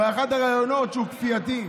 באחד הראיונות, שהוא כפייתי.